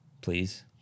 please